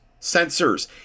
sensors